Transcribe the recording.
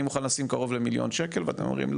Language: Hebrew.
אני מוכן לשים קרוב למיליון שקל ואתם אומרים,